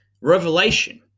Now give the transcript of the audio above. revelation